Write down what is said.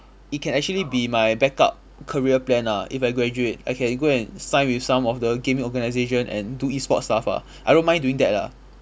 it can actually be my backup career plan ah if I graduate I can go and sign with some of the gaming organisation and do E sports stuff ah I don't mind doing that lah